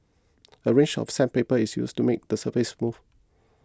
a range of sandpaper is used to make the surface smooth